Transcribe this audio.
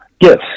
yes